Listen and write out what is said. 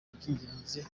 iby’ingenzi